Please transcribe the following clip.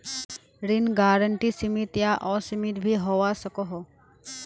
ऋण गारंटी सीमित या असीमित भी होवा सकोह